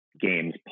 games